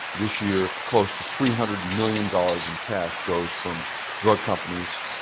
this year close to three hundred million dollars in cash goes from drug companies,